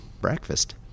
breakfast